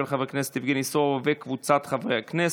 של חבר כנסת יבגני סובה וקבוצת חברי הכנסת.